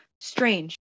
strange